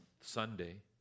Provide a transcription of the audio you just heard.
Sunday